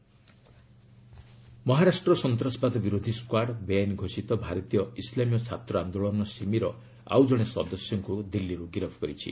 ମହା ଏଟିଏସ ମହାରାଷ୍ଟ୍ର ସନ୍ତାସବାଦ୍ ବିରୋଧୀ ସ୍କାର୍ଡ ବେଆଇନ ଘୋଷିତ ଭାରତୀୟ ଇସଲାମୀୟ ଛାତ୍ର ଆନ୍ଦୋଳନ ସିମି ର ଆଉ ଜଣେ ସଦସ୍ୟଙ୍କୁ ଦିଲ୍ଲୀରୁ ଗିରଫ କରିଛି